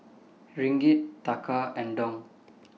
Ringgit Taka and Dong